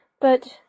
But